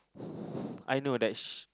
I know that she